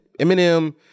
Eminem